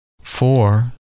four